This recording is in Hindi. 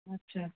अच्छा